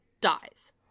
dies